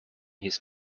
his